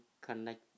connect